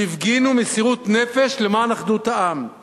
שהפגינו מסירות נפש למען אחדות העם;